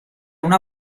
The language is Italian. una